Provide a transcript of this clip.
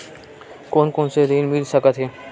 कोन कोन से ऋण मिल सकत हे?